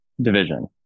division